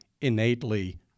innately